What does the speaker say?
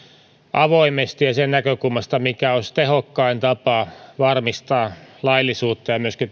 avoimesti ja sen näkökulmasta mikä olisi tehokkain tapa varmistaa laillisuutta ja ja myöskin